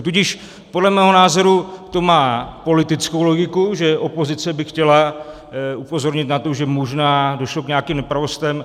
Tudíž podle mého názoru to má politickou logiku, že opozice by chtěla upozornit na to, že možná došlo k nějakým nepravostem.